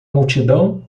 multidão